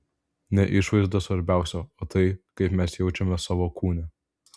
ne išvaizda svarbiausia o tai kaip mes jaučiamės savo kūne